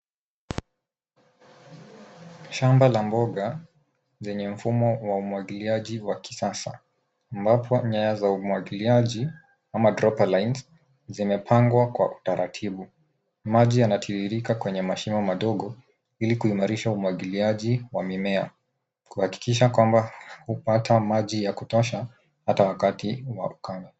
Shamba la mboga lenye mfumo wa umwagiliaji wa kisasa. Ambapo nyayo za umwagiliaji ama dropper lines zimepangwa kwa utaratibu. Maji yanatiririka kwenye mashimo madogo ili kuimarisha umwagiliaji wa mimea. Kuhakikisha kwamba hupata maji ya kutosha hata wakati wa ukame.